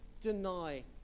deny